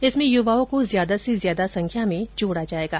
इसमें युवाओं को ज्यादा से ज्यादा संख्या में जोड़ा जाएगा